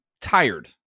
tired